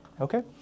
okay